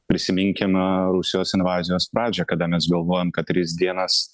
prisiminkim rusijos invazijos pradžią kada mes galvojom kad tris dienas